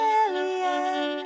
alien